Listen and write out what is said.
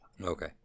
Okay